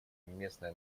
местное